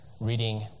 reading